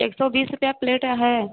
एक सौ बीस रुपया प्लेट है